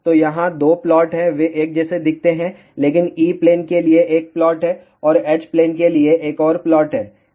तो यहां 2 प्लॉट हैं वे एक जैसे दिखते हैं लेकिन E प्लेन के लिए एक प्लॉट है और H प्लेन के लिए एक और प्लॉट है